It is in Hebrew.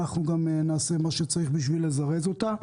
אנחנו נעשה מה שצריך כדי לזרז אותה.